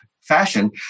fashion